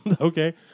Okay